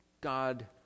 God